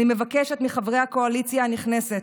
אני מבקשת מחברי הקואליציה הנכנסת: